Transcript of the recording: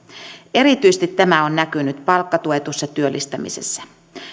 erityisesti tämä on näkynyt palkkatuetussa työllistämisessä